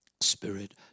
Spirit